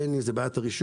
בין אם לגבי בעיית הרישום,